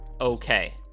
Okay